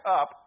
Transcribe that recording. up